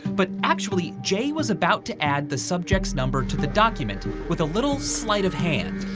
but actually, jay was about to add the subjects number to the document with a little sleight of hand.